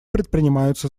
предпринимаются